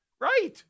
Right